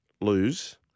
lose